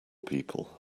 people